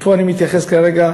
ופה אני מתייחס כרגע